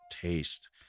taste